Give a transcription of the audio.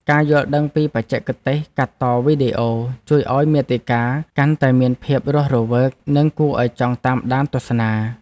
ការយល់ដឹងពីបច្ចេកទេសកាត់តវីដេអូ ជួយឱ្យមាតិកាកាន់តែមានភាពរស់រវើកនិងគួរឱ្យចង់តាមដានទស្សនា។